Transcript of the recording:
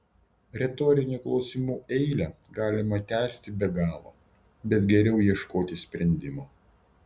retorinių klausimų eilę galima tęsti be galo bet geriau ieškoti sprendimo